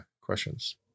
questions